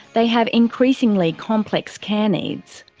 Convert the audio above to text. they have increasingly complex care needs.